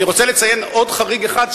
אני רוצה לציין עוד חריג אחד,